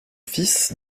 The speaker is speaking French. fils